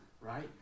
right